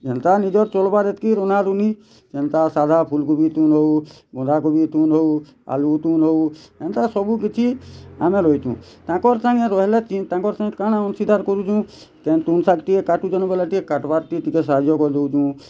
ଯେନ୍ତା ନିଜର୍ ଚଲବାର୍ ଯେତିକି ରନ୍ଧା ରୁନ୍ଧି ଯେନ୍ତା ସାଧା ଫୁଲ କୁବି ତୁନ୍ ହଉ ବନ୍ଧା କୋବି ତୁନ୍ ହଉ ଆଲୁ ତୁନ୍ ହଉ ଏନ୍ତା ସବୁ କିଛି ଆମେ ରହିଛୁ ତାକର୍ ସାଙ୍ଗେ ରହିଲେ ତାକର୍ ସାଙ୍ଗେ କାଣା ଆମେ ଚିତାର୍ କରୁଛୁ କେ ତୁନ୍ ଶାଗ ଟିକେ କାଟୁଚନ୍ ବୋଲେ ଟିକେ କାଟବାର୍ ତି ଟିକେ ସାହାଯ୍ୟ କରି ଦଉଛୁ